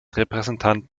repräsentant